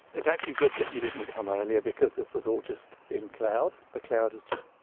it's actually good that you didn't come earlier because this was all just in cloud, the cloud is just,